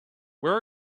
where